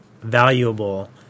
valuable